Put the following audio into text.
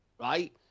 Right